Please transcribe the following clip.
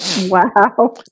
wow